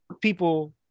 people